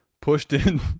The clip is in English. pushed-in